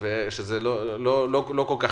העולים